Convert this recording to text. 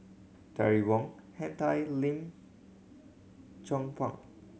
Terry Wong Henn Tan Lim Chong Pang